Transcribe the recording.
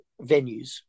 venues